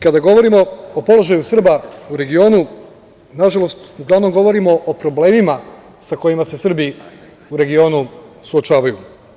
Kada govorimo o položaju Srba u regionu, nažalost uglavnom govorimo o problemima sa kojima se Srbi u regionu suočavaju.